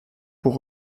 pour